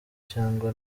cyangwa